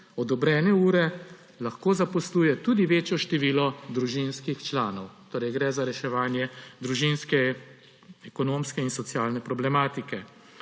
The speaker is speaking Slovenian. odobrene ure lahko zaposluje tudi večje število družinskih članov. Torej gre za reševanje družinske ekonomske in socialne problematike.